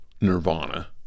nirvana